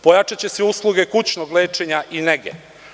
Pojačaće se usluge kućnog lečenja i nege.